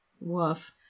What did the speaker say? Woof